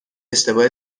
اشتباه